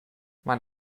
mein